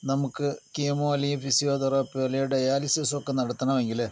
നമുക്ക് കീമോ അല്ലെങ്കിൽ ഫിസിയോ തെറാപ്പിയോ അല്ലെങ്കിൽ ഡയാലിസിസോ ഒക്കെ നടത്തെണമെങ്കില്